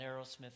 Aerosmith